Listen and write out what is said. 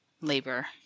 labor